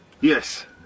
Yes